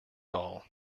all